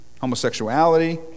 homosexuality